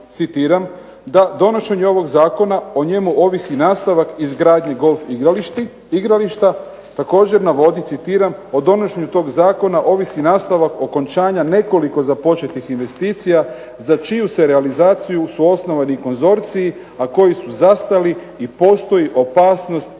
"Da donošenje ovog zakona o njemu ovisi nastavak izgradnje golf igrališta". Također navodi citiram: "O donošenju tog zakona ovisi nastavak okončanja nekoliko započetih investicija za čiju su realizaciju osnovani konzorciji, a koji su zastali i postoji opasnost da